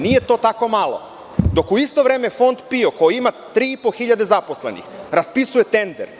Nije to tako malo, dok u isto vreme Fond PIO koji ima tri i po hiljade zaposlenih raspisuje tender.